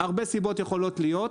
הרבה סיבות יכולות להיות.